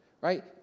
right